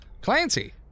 Clancy